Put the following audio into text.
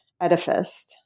edifice